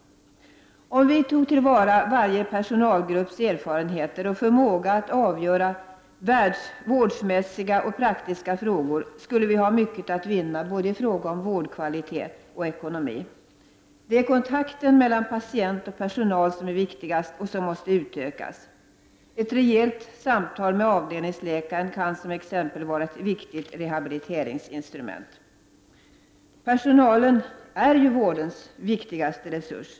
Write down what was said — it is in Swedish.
Om vi tog till vara varje personalgrupps erfarenheter och förmåga att avgöra vårdmässiga och praktiska frågor, så skulle vi ha mycket att vinna både i fråga om vårdkvalitet och ekonomi. Det är kontakten mellan patient och personal som är viktigast och som måste utökas. Ett rejält samtal med avdelningsläkaren t.ex. kan vara ett viktigt rehabiliteringsinstrument. Personalen är ju vårdens viktigaste resurs.